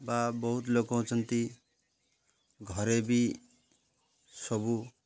ବା ବହୁତ ଲୋକ ଅଛନ୍ତି ଘରେ ବି ସବୁ